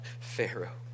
Pharaoh